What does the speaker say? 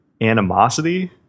animosity